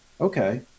Okay